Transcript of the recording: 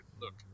look